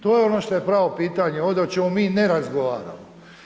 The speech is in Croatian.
To je ono što je pravo pitanje, ovdje o čemu mi ne razgovaramo.